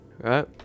right